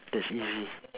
that's easy